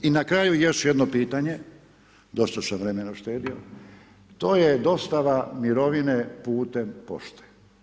I na kraju još jedno pitanje, dosta sam vremena uštedio, to je dostava mirovine putem pošte.